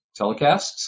telecasts